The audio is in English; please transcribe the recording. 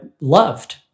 loved